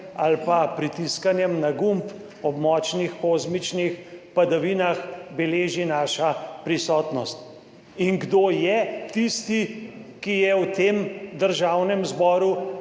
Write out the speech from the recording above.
ali pa pritiskanjem na gumb ob močnih kozmičnih padavinah beleži naša prisotnost. In do je tisti, ki je v tem Državnem zboru